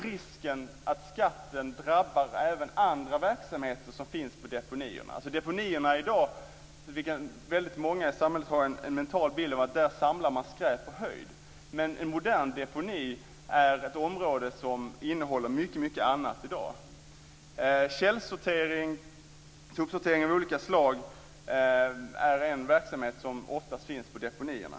Risken finns att skatten drabbar även andra verksamheter som finns på deponierna. Många i samhället har en mental bild av att på deponierna samlar man skräp på höjden. En modern deponi är ett område som innehåller mycket annat. Källsortering, sopsortering av olika slag, är en verksamhet som ofta finns på deponierna.